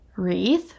Wreath